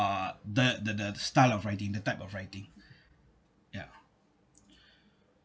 uh the the the style of writing the type of writing ya